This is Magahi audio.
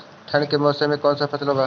ठंडी के मौसम में कौन सा फसल होती है?